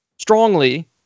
strongly